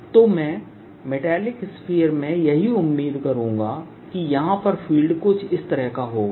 तो मैं metallic sphere में यही उम्मीद करूंगा और यहां पर फील्ड कुछ इस तरह होगा